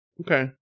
Okay